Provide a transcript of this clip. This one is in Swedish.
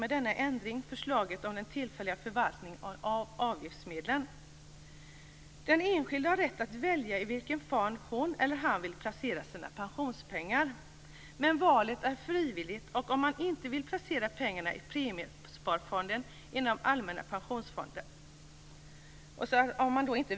Den enskilda har rätt att välja i vilken form hon eller han vill placera sina pensionspengar. Men valet är frivilligt, och om man inte väljer placeras pengarna i Premiesparfonden inom Allmänna pensionsfonden.